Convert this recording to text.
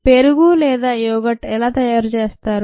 పెరుగు లేదా యోగర్ట్ ఎలా తయారు చేస్తారు